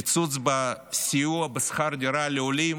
הקיצוץ בסיוע בשכר דירה לעולים